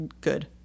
good